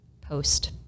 Post